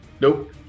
Nope